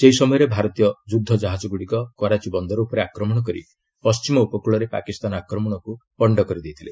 ସେହି ସମୟରେ ଭାରତୀୟ ଯୁଦ୍ଧକାହାଜଗୁଡ଼ିକ କରାଚି ବନ୍ଦର ଉପରେ ଆକ୍ରମଣ କରି ପଣ୍ଟିମ ଉପକୃଳରେ ପାକିସ୍ତାନ ଆକ୍ରମଣକୁ ପଶ୍ଚ କରିଦେଇଥିଲେ